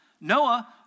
Noah